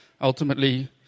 ultimately